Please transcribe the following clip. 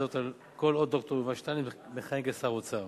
כל עוד ד"ר יובל שטייניץ מכהן כשר האוצר.